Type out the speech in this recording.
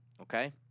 okay